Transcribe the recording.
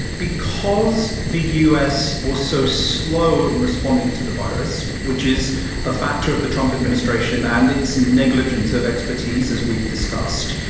because the us was so slow in responding to the virus, which is a factor of the trump administration and its negligence of a. parties, as we've discussed,